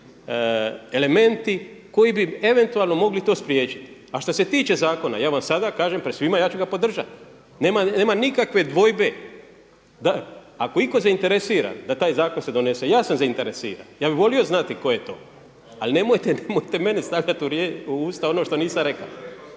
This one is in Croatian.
elementi koji bi eventualno mogli to spriječiti. A što se tiče zakona, ja vam sada kažem pred svima ja ću ga podržati, nema nikakve dvojbe. Ako je itko zainteresiran da taj zakon se donese ja sam zainteresiran. Ja bih volio znati tko je to ali nemojte meni stavljati u usta ono što nisam rekao.